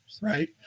right